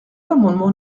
l’amendement